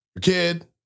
kid